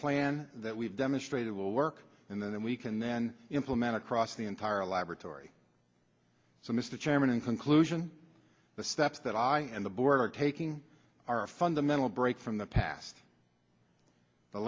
plan that we've demonstrated will work and then we can then implemented across the entire laboratory so mr chairman in conclusion the steps that i and the board are taking are a fundamental break from the past